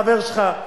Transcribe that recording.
חבר שלך,